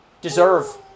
deserve